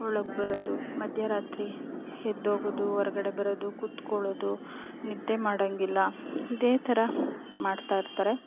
ಒಳಗೆ ಬರೋದು ಮಧ್ಯರಾತ್ರಿ ಎದ್ದೋಗೋದು ಹೊರ್ಗಡೆ ಬರೋದು ಕುತ್ಕೊಳ್ಳೋದು ನಿದ್ದೆ ಮಾಡೋಂಗಿಲ್ಲ ಇದೇ ಥರ ಮಾಡ್ತಾಯಿರ್ತಾರೆ